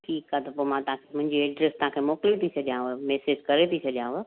ठीकु आहे त पोइ मां तव्हांखे मुंहिंजी एड्रेस तव्हांखे मोकिले थी छॾियांव मैसेज थी करे थी छॾियांव